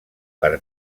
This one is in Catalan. per